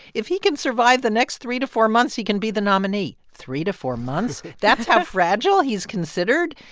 if he can survive the next three to four months, he can be the nominee. three to four months that's how fragile he's considered.